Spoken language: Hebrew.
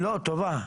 -- לא, טובה.